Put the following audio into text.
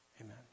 Amen